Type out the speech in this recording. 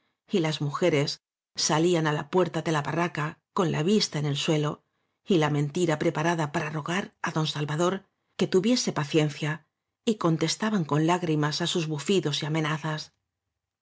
y las mujeres salían á la puerta de la ba rraca con la vista en el suelo y la mentira preparada para rogar á don salvador que tu áñ viese paciencia y contestaban con lágrimas á sus bufidos y amenazas